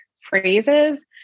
phrases